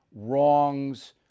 wrongs